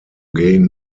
gain